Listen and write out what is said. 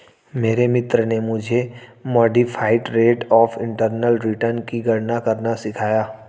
मेरे मित्र ने मुझे modified rate of internal return की गणना करना सिखाया